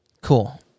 Cool